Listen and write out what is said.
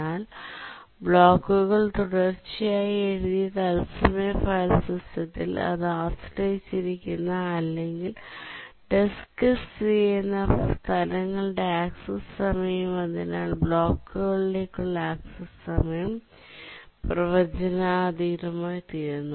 എന്നാൽ ബ്ലോക്കുകൾ തുടർച്ചയായി എഴുതിയ തത്സമയ ഫയൽ സിസ്റ്റത്തിൽ അത് ആശ്രയിച്ചിരിക്കുന്ന അല്ലെങ്കിൽ ഡെസ്കിൽ സ്ഥിതിചെയ്യുന്ന സ്ഥലങ്ങളുടെ ആക്സസ്സ് സമയം അതിനാൽ ബ്ലോക്കുകളിലേക്കുള്ള ആക്സസ്സ് സമയം പ്രവചനാതീതമായിത്തീരുന്നു